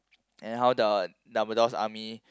and how the Dumbledore's army